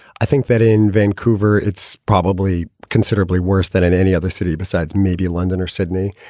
i think that in vancouver it's probably considerably worse than in any other city besides maybe london or sydney.